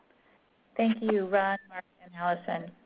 thank you ron, mark and allison.